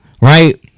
right